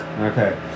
okay